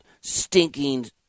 stinking